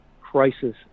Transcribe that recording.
crisis